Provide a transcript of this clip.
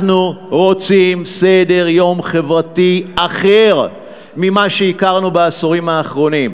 אנחנו רוצים סדר-יום חברתי אחר ממה שהכרנו בעשורים האחרונים.